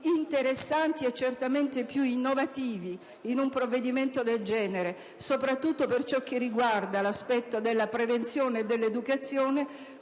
interessanti e più innovativi in un provvedimento del genere, soprattutto per ciò che riguarda l'aspetto della prevenzione e dell'educazione,